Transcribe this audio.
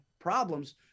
problems